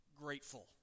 grateful